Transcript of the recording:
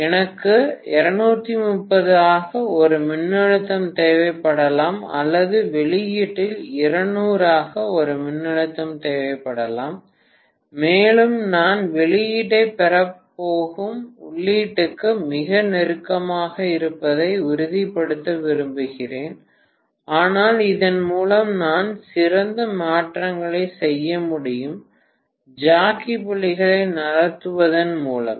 எனக்கு 230 ஆக ஒரு மின்னழுத்தம் தேவைப்படலாம் அல்லது வெளியீட்டில் 200 ஆக ஒரு மின்னழுத்தம் தேவைப்படலாம் மேலும் நான் வெளியீட்டைப் பெறப் போகும் உள்ளீட்டுக்கு மிக நெருக்கமாக இருப்பதை உறுதிப்படுத்த விரும்புகிறேன் ஆனால் இதன் மூலம் நான் சிறந்த மாற்றங்களைச் செய்ய முடியும் ஜாக்கி புள்ளியை நகர்த்துவதன் மூலம்